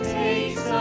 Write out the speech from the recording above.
takes